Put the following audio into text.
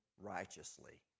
righteously